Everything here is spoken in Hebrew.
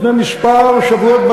לפני כמה שבועות,